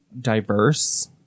diverse